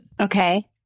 Okay